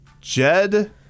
Jed